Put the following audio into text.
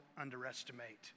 underestimate